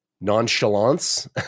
nonchalance